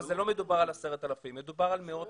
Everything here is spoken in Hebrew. אבל לא מדובר על 10,000, מדובר על מאות.